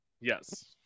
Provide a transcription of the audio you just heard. Yes